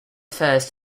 first